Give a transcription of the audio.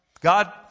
God